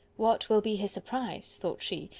what will be his surprise, thought she,